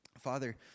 Father